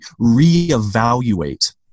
reevaluate